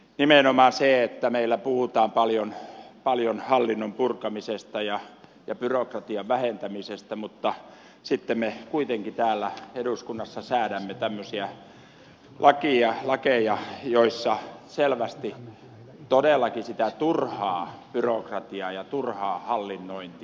nimenomaan se että meillä puhutaan paljon hallinnon purkamisesta ja byrokratian vähentämisestä mutta sitten me kuitenkin täällä eduskunnassa säädämme tämmöisiä lakeja joissa selvästi todellakin sitä turhaa byrokratiaa ja turhaa hallinnointia lisätään